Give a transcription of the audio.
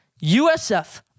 USF